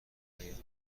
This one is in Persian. آیم